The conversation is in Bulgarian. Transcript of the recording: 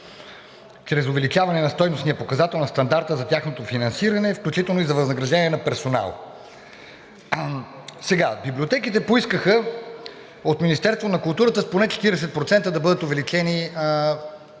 чрез увеличаване на стойностния показател на стандарта за тяхното финансиране, включително и за възнаграждение на персонал. Библиотеките поискаха от Министерството на културата с поне 40% да бъдат увеличени парите